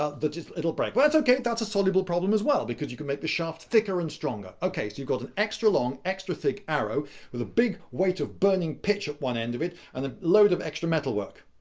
ah that it'll it'll break. but that's okay, that's a soluble problem as well, because you can make the shafts thicker and stronger. okay, so you've got an extra long, extra thick arrow with a big weight of burning pitch at one end of it and a load of extra metalwork.